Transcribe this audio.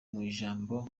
ijambo